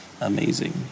amazing